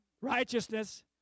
righteousness